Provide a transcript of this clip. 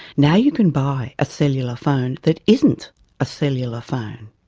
now you can buy a cellular phone that isn't a cellular phone.